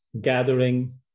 gathering